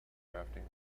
drafting